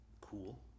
Cool